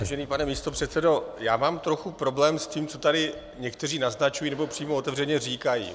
Vážený pane místopředsedo, já mám trochu problém s tím, co tady někteří naznačují nebo přímo otevřeně říkají.